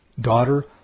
Daughter